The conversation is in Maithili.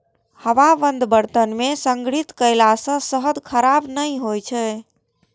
हवाबंद बर्तन मे संग्रहित कयला सं शहद खराब नहि होइ छै